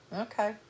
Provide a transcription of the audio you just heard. okay